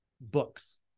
books